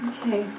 Okay